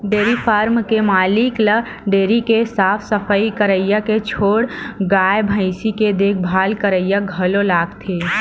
dairy farm के मालिक ल डेयरी के साफ सफई करइया के छोड़ गाय भइसी के देखभाल करइया घलो लागथे